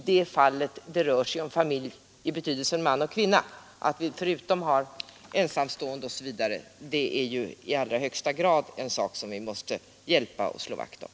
Det hindrar naturligtvis inte att vi också måste hjälpa de ensamstående och slå vakt om deras intressen.